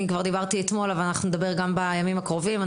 דיברתי כבר אתמול אבל אנחנו נדבר גם בימים הקרובים.